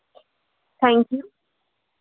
thank you